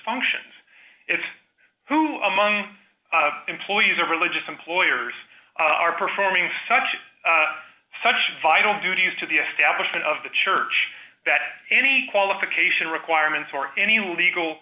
functions it's who among employees or religious employers are performing such such vital duties to the establishment of the church that any qualification requirements or any legal